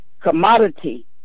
commodity